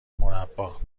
مربّا